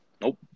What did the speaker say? Nope